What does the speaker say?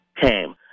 came